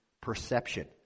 perception